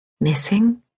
Missing